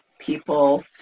people